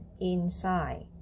inside